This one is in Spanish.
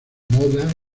moda